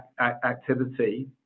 activity